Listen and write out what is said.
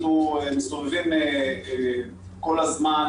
אנחנו מסתובבים כל הזמן